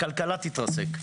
הכלכלה תתרסק.